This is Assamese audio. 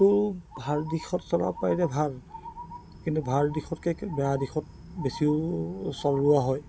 টো ভাল দিশত চলাব পাৰিলে ভাল কিন্তু ভাল দিশতকৈ বেয়া দিশত বেছি চলোৱা হয়